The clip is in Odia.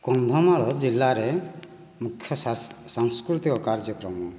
କନ୍ଧମାଳ ଜିଲ୍ଲାରେ ମୁଖ୍ୟ ସାଂସ୍କୃତିକ କାର୍ଯ୍ୟକ୍ରମ